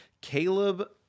Caleb